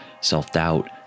self-doubt